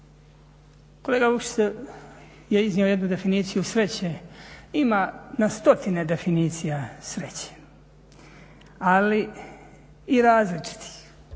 Kolega Vukšić je iznio jednu definiciju sreće. Ima na stotine definicija sreće, ali i različitih.